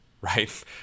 right